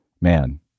man